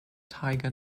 tiger